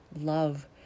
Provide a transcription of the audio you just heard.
love